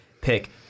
pick